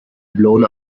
blown